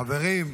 חברים,